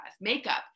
Makeup